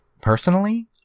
Personally